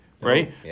Right